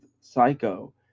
psycho